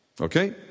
Okay